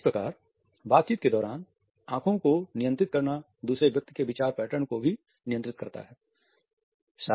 इस प्रकार बातचीत के दौरान आंखों को नियंत्रित करना दूसरे व्यक्ति के विचार पैटर्न को भी नियंत्रित करता है